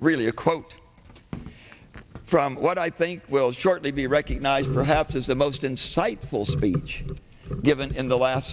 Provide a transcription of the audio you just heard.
really a quote from what i think will shortly be recognized perhaps as the most insightful speech given in the last